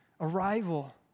arrival